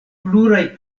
pluraj